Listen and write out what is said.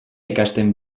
ikasten